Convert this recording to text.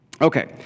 Okay